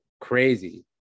crazy